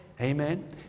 Amen